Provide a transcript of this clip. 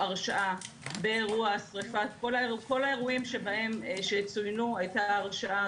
כל האירועים שצוינו, הייתה הרשעה.